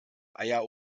eier